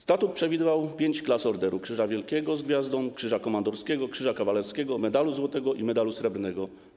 Statut przewidywał pięć klas orderu: Krzyż Wielki z Gwiazdą, Krzyż Komandorski, Krzyż Kawalerski, Medal Złoty i Medal Srebrny.